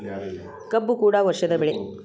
ಕಬ್ಬು ಕೂಡ ವರ್ಷದ ಬೆಳೆ